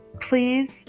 please